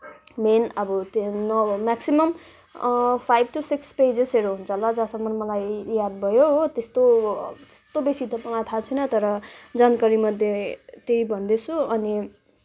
main अब त्यहाँ न अब मेक्सिमम फाइभ टू सिक्स पेजेसहरू हुन्छ होला जहाँसम्मन मलाई याद भयो हो त्यस्तो त्यस्तो बेसी त मलाई थाहा छैन तर जानकारीमध्ये त्यही भन्दैछु